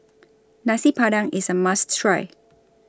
Nasi Padang IS A must Try